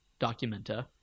Documenta